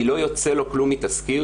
כי לא יוצא לו כלום מתסקיר